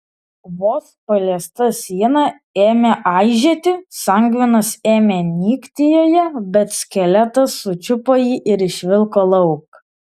vos paliesta siena ėmė aižėti sangvinas ėmė nykti joje bet skeletas sučiupo jį ir išvilko lauk